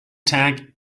tag